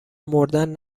مردن